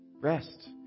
Rest